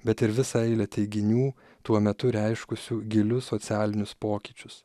bet ir visą eilę teiginių tuo metu reiškusių gilius socialinius pokyčius